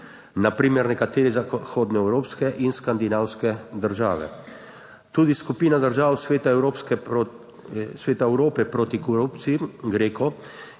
na primer nekatere zahodno evropske in skandinavske države. Tudi skupina držav Sveta Evrope proti korupciji, Greco,